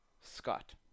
Scott